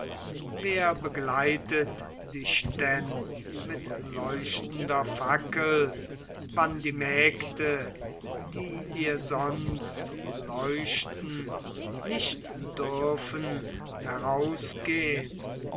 wer begleitet dich denn mit leuchtender fackel wann die mägde die dir sonst leuchten nicht dürfen herausgehn